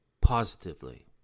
positively